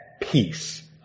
Peace